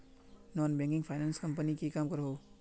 Non banking finance company की काम करोहो?